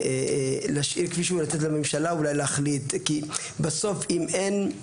והנימוק הרביעי הוא חשד למעשים פליליים במוסדות בראשם עמד הרב